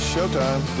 Showtime